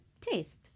taste